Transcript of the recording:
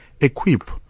equip